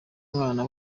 mwana